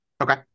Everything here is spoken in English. Okay